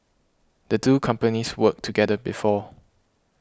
the two companies worked together before